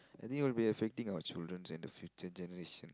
I think it'll be affecting our children and the future generations